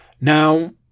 now